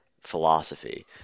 philosophy